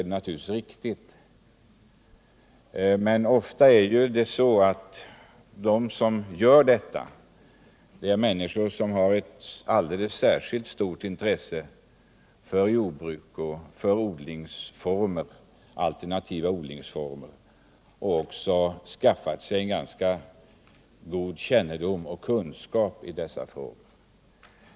Dessa människor har i regel ett alldeles särskilt stort intresse för jordbruk och alternativa odlingsformer och har skaffat sig en ganska god kännedom om och kunskap i dessa frågor.